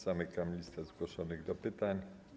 Zamykam listę zgłoszonych do pytań.